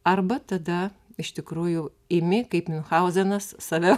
arba tada iš tikrųjų imi kaip miunchauzenas save